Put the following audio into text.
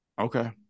Okay